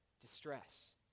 distress